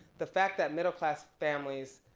the fact that middle class families